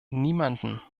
niemandem